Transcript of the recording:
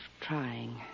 trying